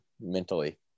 mentally